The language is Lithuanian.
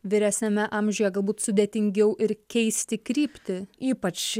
vyresniame amžiuje galbūt sudėtingiau ir keisti kryptį ypač